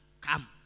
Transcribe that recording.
Come